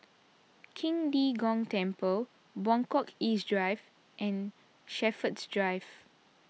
Qing De Gong Temple Buangkok East Drive and Shepherds Drive